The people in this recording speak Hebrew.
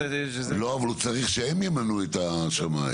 לא, אבל הוא צריך שהם ימנו את השמאי.